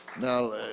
Now